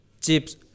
chips